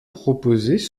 proposées